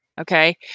Okay